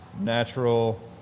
natural